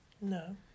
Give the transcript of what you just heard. No